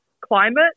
Climate